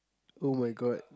[oh]-my-god